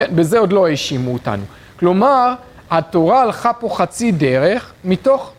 בזה עוד לא האשימו אותנו. כלומר, התורה הלכה פה חצי דרך מתוך...